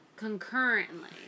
concurrently